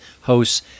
hosts